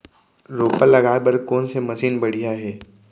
रोपा लगाए बर कोन से मशीन बढ़िया हे?